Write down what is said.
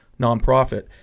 nonprofit